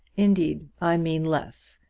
indeed i mean less.